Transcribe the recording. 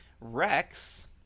Rex